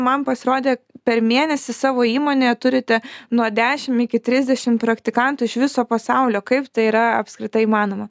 man pasirodė per mėnesį savo įmonėje turite nuo dešim iki trisdešim praktikantų iš viso pasaulio kaip tai yra apskritai įmanoma